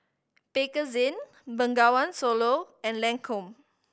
Bakerzin Bengawan Solo and Lancome